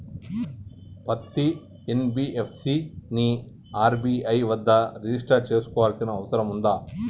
పత్తి ఎన్.బి.ఎఫ్.సి ని ఆర్.బి.ఐ వద్ద రిజిష్టర్ చేసుకోవాల్సిన అవసరం ఉందా?